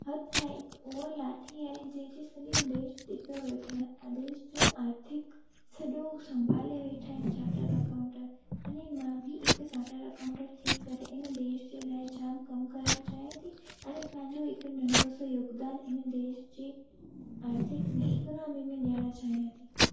हथु आहे हुक उहो लाठी आहे जंहिं ते सॼी देश टिकियो वेठो आहे देश जो आर्थिक सॼो संभाले वेठा आहिनि चाटर अकाउंटर अने मां बि हिक चाटर अकाउंटर थी करे हिन देश जे लाइ जाम कमु करणु चाहियां थी अने पंहिंजो हिकु नंढो सो योगदानु हिन देश जी आर्थिक में इकोनॉमी में ॾियणु चाहियां थी